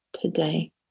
today